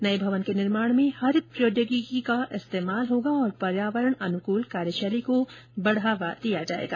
नए भवन के निर्माण में हरित प्रौद्योगिकी का इस्तेमाल होगा और पर्यावरण अनुकूल कार्यशैली को बढ़ावा दिया जाएगा